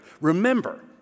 remember